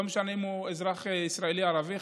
לא משנה אם הוא אזרח ישראלי ערבי,